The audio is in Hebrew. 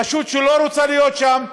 רשות שלא רוצה להיות שם,